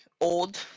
old